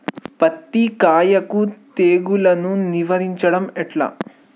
పత్తి కాయకు తెగుళ్లను నివారించడం ఎట్లా?